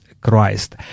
Christ